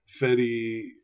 Fetty